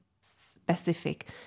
specific